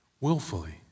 willfully